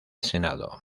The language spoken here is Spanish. senado